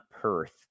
Perth